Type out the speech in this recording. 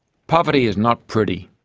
poverty is not pretty,